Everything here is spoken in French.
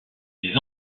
les